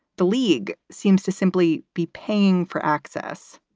the league seems to simply be paying for access,